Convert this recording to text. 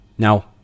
Now